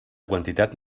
quantitat